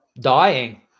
dying